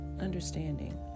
understanding